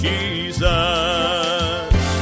Jesus